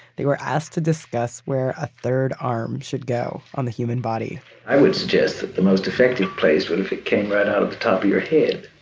they were asked to discuss where a third arm should go on the human body i would suggest that the most effective place would if it came right out of the top of your head.